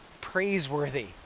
praiseworthy